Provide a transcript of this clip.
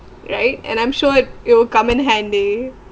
right and I'm sure it'll come in handy